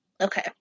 Okay